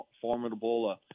formidable